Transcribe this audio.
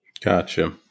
Gotcha